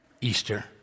Easter